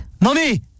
Mommy